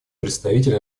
представитель